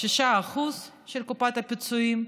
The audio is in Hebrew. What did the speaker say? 6% לקופת הפיצויים,